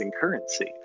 currency